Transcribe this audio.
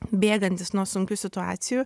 bėgantys nuo sunkių situacijų